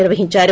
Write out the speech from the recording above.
నిర్వహించారు